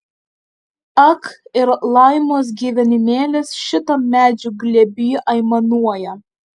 ak ir laimos gyvenimėlis šitam medžių glėby aimanuoja